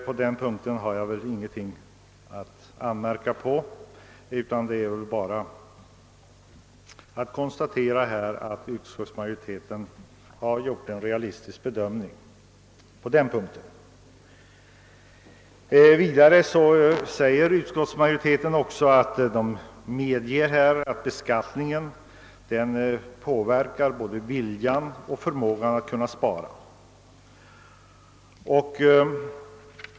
På den punkten har jag ingenting att anmärka, utan jag vill bara konstatera att utskottsmajoriteten därvidlag har gjort en realistisk bedömning. Vidare säger sig utskottsmajoriteten medge att beskattningen påverkar både viljan och förmågan att spara.